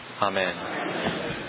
Amen